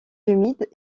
humide